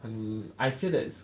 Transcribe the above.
很 I feel that it's